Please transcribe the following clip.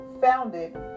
founded